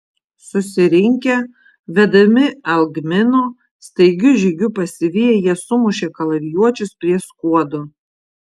susirinkę vedami algmino staigiu žygiu pasiviję jie sumušė kalavijuočius prie skuodo